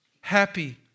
Happy